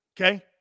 Okay